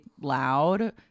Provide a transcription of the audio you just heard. loud